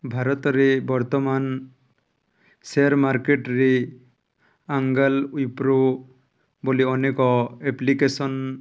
ଭାରତରେ ବର୍ତ୍ତମାନ ସେେୟାର ମାର୍କେଟରେ ଆଙ୍ଗାଲ ୱଇପ୍ରୋ ବୋଲି ଅନେକ ଏପ୍ଲିକେସନ୍